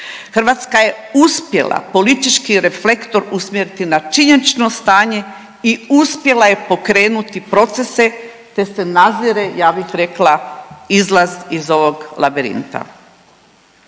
Hrvatska je uspjela politički reflektor usmjeriti na činjenično stanje i uspjela je pokrenuti procese, te se nazire ja bih rekla izlaz iz ovog labirinta.